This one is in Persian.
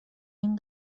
این